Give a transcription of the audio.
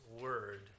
word